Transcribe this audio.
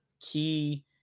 Key